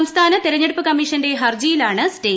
സംസ്ഥാന തെരഞ്ഞെടുപ്പ് കമ്മീഷന്റെ ഹർജിയിലാണ് സ്റ്റേ